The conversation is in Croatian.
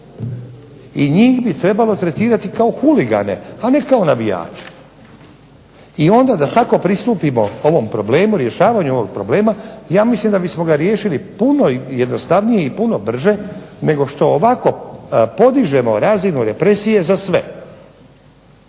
i njih bi trebalo tretirati kao huligane, a ne kao navijače. I onda da tako pristupimo ovom problemu, rješavanju ovog problema, ja mislim da bismo ga riješili puno jednostavnije i puno brže nego što ovako podižemo razinu represije za sve.